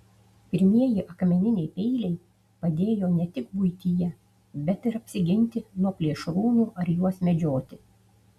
pirmieji akmeniniai peiliai padėjo ne tik buityje bet ir apsiginti nuo plėšrūnų ar juos medžioti